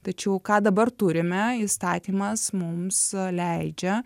tačiau ką dabar turime įstatymas mums leidžia